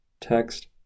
text